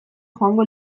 joango